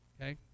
okay